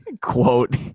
quote